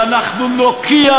ואנחנו נוקיע,